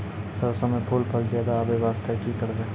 सरसों म फूल फल ज्यादा आबै बास्ते कि करबै?